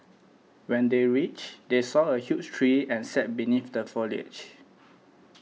when they reached they saw a huge tree and sat beneath the foliage